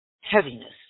heaviness